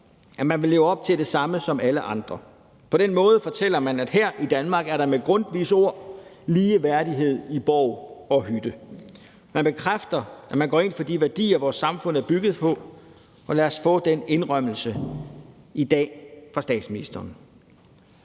at man vil leve op til det samme som alle andre. På den måde fortæller man, at her i Danmark er der med Grundtvigs ord lige værdighed i borg og hytte. Man bekræfter, at man går ind for de værdier, vores samfund er bygget på. Lad os få den indrømmelse i dag fra statsministeren.